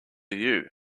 you